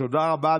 תודה רבה.